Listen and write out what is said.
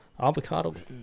avocados